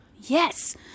Yes